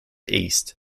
east